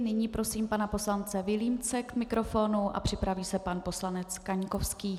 Nyní prosím pana poslance Vilímce k mikrofonu, připraví se pan poslanec Kaňkovský.